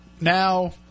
Now